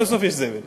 ובסוף יש זבל.